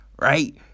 right